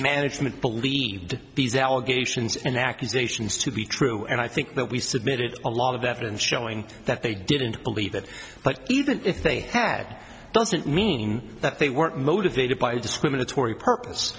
management believed these allegations and accusations to be true and i think that we submitted a lot of evidence showing that they didn't believe that but even if they tag doesn't mean that they weren't motivated by a discriminatory purpose